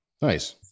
Nice